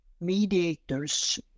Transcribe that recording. mediators